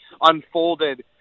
unfolded